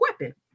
weapon